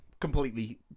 Completely